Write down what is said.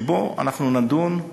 שבו אנחנו נדון,